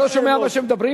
אתה לא שומע מה שמדברים?